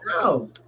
No